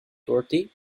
dorothy